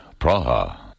Praha